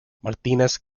martínez